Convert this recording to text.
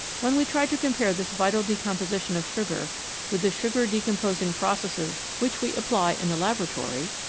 when we try to compare this vital decom position of sugar with the sugar-decomposing processes which we apply in the laboratory,